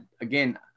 again